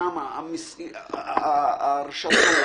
כל הרשתות,